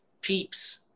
Peeps